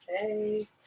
Hey